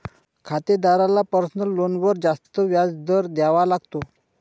खातेदाराला पर्सनल लोनवर जास्त व्याज दर द्यावा लागतो